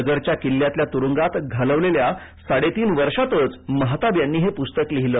नगरच्या किल्ल्यातल्या तुरुंगात घालवलेल्या साडे तीन वर्षातचं मेहताब यांनी हे पुस्तक लिहिलं